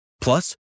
Plus